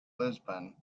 lisbon